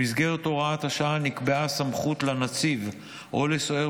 במסגרת הוראת השעה נקבעה סמכות לנציב או לסוהר